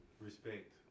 respect